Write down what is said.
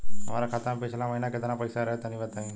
हमरा खाता मे पिछला महीना केतना पईसा रहे तनि बताई?